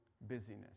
busyness